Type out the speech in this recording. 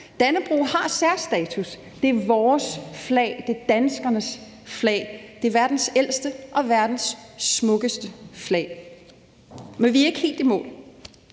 Dannebrog har særstatus. Det er vores flag. Det er danskernes flag. Det er verdens ældste og verdens smukkeste flag. Men vi er ikke helt i